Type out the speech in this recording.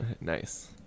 Nice